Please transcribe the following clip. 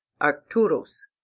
arcturus